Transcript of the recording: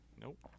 nope